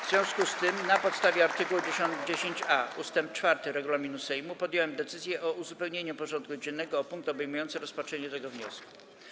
W związku z tym, na podstawie art. 10a ust. 4 regulaminu Sejmu, podjąłem decyzję o uzupełnieniu porządku dziennego o punkt obejmujący rozpatrzenie tego wniosku.